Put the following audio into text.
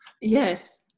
Yes